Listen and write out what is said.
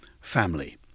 family